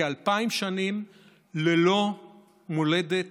כאלפיים שנים ללא מולדת,